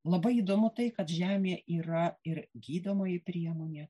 labai įdomu tai kad žemė yra ir gydomoji priemonė